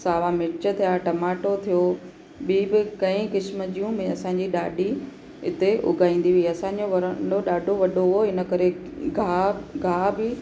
सावा मिर्च थिया टमाटो थियो ॿी बि कंहिं क़िस्म जूं में असांजी ॾाॾी इते उगाईंदी हुई असांजो वरांडो ॾाढो वॾो हुओ इन करे गा गा बि